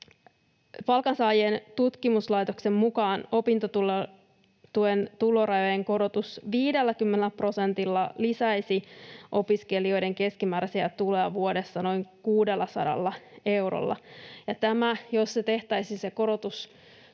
Palkansaajien tutkimuslaitoksen mukaan opintotuen tulorajojen korotus 50 prosentilla lisäisi opiskelijoiden keskimääräisiä tuloja vuodessa noin 600 eurolla, ja jos se korotus tehtäisiin